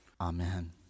Amen